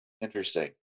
interesting